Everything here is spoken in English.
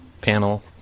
panel